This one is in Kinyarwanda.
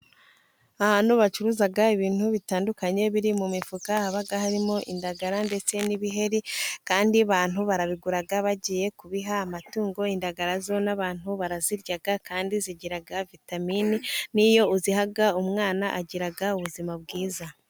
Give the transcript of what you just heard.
Ahantu bacuruza ibintu bitandukanye biri mu mifuka, haba harimo indagara ndetse n'ibiheri, kandi abantu barabigura bagiye kubiha amatungo, indagara zo n'abantu barazirya kandi zigira vitaminini n'iyo uziha umwana, agira ubuzima bwiza.